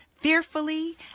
fearfully